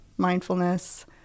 Mindfulness